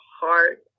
heart